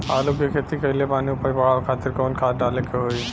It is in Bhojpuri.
आलू के खेती कइले बानी उपज बढ़ावे खातिर कवन खाद डाले के होई?